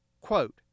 Quote